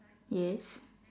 yes